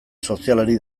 sozialari